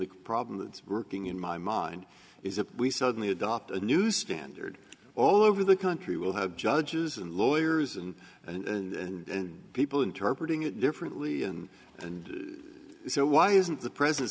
the problem that's working in my mind is that we suddenly adopt a new standard all over the country will have judges and lawyers and and be people interpret it differently and and so why isn't the present